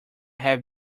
have